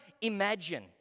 imagine